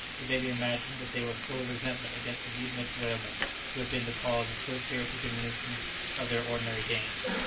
it may be imagined that they were full of resentment against the mutinous whalemen who had been the cause of so serious a diminution of their ordinary gains.